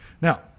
Now